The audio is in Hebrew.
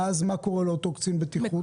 ואז מה קורה לאותו קצין בטיחות?